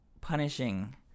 punishing